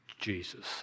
Jesus